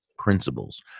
principles